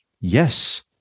Yes